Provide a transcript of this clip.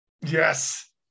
Yes